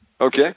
Okay